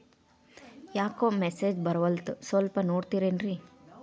ಯಾಕೊ ಮೆಸೇಜ್ ಬರ್ವಲ್ತು ಸ್ವಲ್ಪ ನೋಡ್ತಿರೇನ್ರಿ?